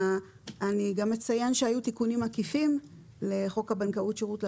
היו גם תיקונים עקיפים לחוק הבנקאות שירות ללקוח,